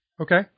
Okay